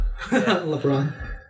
LeBron